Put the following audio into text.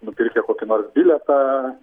nupirkti kokį nors bilietą